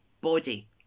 body